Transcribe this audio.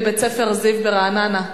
לבית-הספר "זיו" ברעננה,